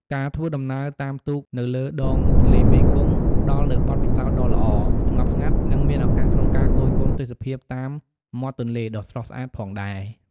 ការធ្វើដំណើរតាមទូកនៅលើដងទន្លេមេគង្គផ្តល់នូវបទពិសោធន៍ដ៏ល្អ ស្ងប់ស្ងាត់ និងមានឱកាសក្នុងការគយគន់ទេសភាពតាមមាត់ទន្លេ ដ៏ស្រស់ស្អាតផងដែរ ។